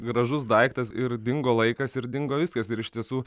gražus daiktas ir dingo laikas ir dingo viskas ir iš tiesų